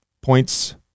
points